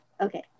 Okay